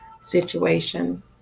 situation